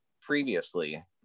previously